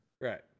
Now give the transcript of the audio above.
right